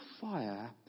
fire